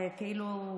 זה כאילו,